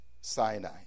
Sinai